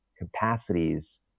capacities